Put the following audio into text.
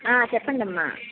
చెప్పండమ్మా